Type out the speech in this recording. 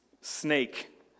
snake